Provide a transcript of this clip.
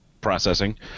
processing